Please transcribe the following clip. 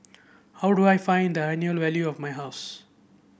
how do I find the annual value of my house